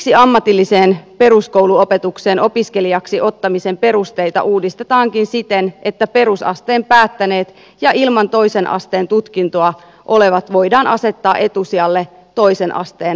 siksi ammatilliseen peruskoulutukseen opiskelijaksi ottamisen perusteita uudistetaankin siten että perusasteen päättäneet ja ilman toisen asteen tutkintoa olevat voidaan asettaa etusijalle toisen asteen opiskelijavalinnassa